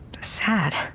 sad